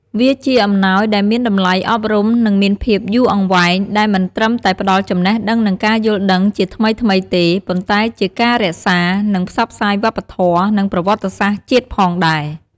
វាជាអំណោយដែលមានតម្លៃអប់រំ និងមានភាពយូរអង្វែង ដែលមិនត្រឹមតែផ្តល់ចំណេះដឹងនិងការយល់ដឹងជាថ្មីៗទេ ប៉ុន្តែជាការរក្សា និងផ្សព្វផ្សាយវប្បធម៌ និងប្រវត្តិសាស្ត្រជាតិផងដែរ។